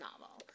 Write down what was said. novel